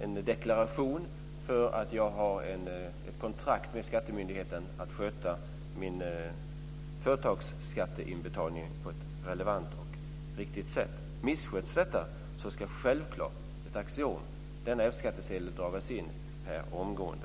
en deklaration för att man har ett kontrakt med skattemyndigheten att sköta min företagsskatteinbetalning på ett relevant och riktigt sätt. Om detta missköts så ska självklart - det är ett axiom - denna F-skattsedel dras in omgående.